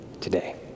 today